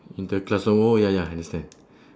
inter-class oh ya ya understand